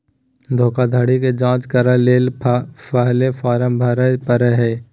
धोखाधड़ी के जांच करय ले पहले फॉर्म भरे परय हइ